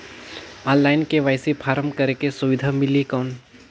Online KYC form करेके सुविधा मिली कौन?